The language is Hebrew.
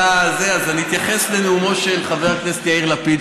אז אני אתייחס לנאומו של חבר הכנסת יאיר לפיד,